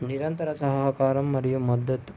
నిరంతర సహకారం మరియు మద్దతు